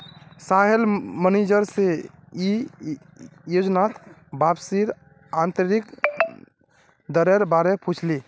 Sohail manager से ई योजनात वापसीर आंतरिक दरेर बारे पुछले